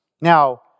Now